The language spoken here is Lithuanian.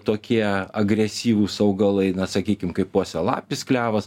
tokie agresyvūs augalai na sakykim kaip uosialapis klevas